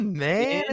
man